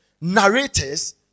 narrators